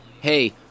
Hey